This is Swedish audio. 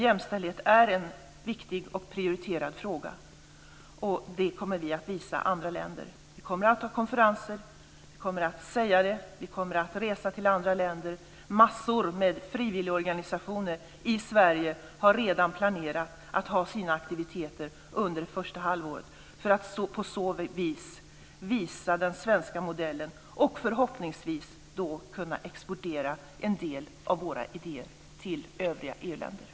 Jämställdhet är en viktig och prioriterad fråga. Det kommer vi att visa andra länder. Vi kommer att ha konferenser, och vi kommer att säga det. Vi kommer att resa till andra länder. Massor av frivilligorganisationer i Sverige har redan planerat att ha sina aktiviteter under det första halvåret för att på så sätt visa den svenska modellen och förhoppningsvis kunna exportera en del av våra idéer till övriga EU